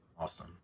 Awesome